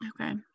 okay